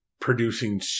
producing